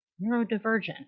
neurodivergent